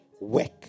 work